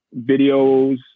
videos